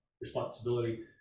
responsibility